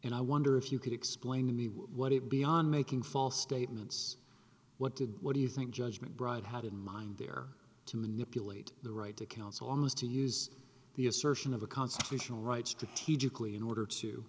and i wonder if you could explain to me what it beyond making false statements what did what do you think judgment bride had in mind there to manipulate the right to counsel almost to use the assertion of a constitutional right strategically in order to